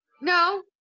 No